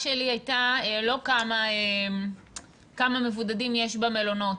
הייתה לא כמה מבודדים יש במלונות,